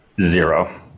Zero